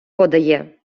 подає